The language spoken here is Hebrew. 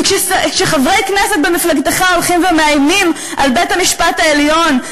וכשחברי כנסת במפלגתך הולכים ומאיימים על בית-המשפט העליון,